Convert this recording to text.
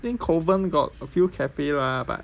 I think kovan got a few cafe lah but